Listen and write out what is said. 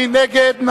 מי נגד?